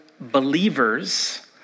believers